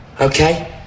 Okay